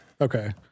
Okay